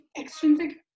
extrinsic